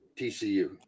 TCU